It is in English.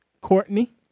Courtney